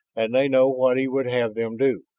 and they know what he would have them do.